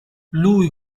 lui